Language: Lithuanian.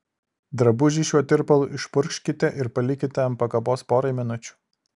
drabužį šiuo tirpalu išpurkškite ir palikite ant pakabos porai minučių